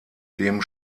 dem